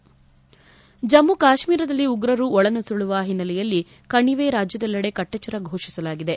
ಜಮ್ತು ಕಾಶ್ಮೀರದಲ್ಲಿ ಉಗ್ರರು ಒಳನುಸುಳಿರುವ ಹಿನ್ನೆಲೆಯಲ್ಲಿ ಕಣಿವೆ ರಾಜ್ಲದೆಲ್ಲೆಡೆ ಕಟ್ಟೆಚ್ಚರ ಘೋಷಿಸಲಾಗಿದೆ